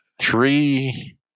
three